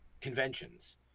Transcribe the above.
conventions